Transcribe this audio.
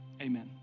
Amen